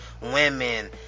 women